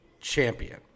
champion